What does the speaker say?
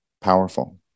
powerful